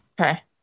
Okay